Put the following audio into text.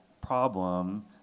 problem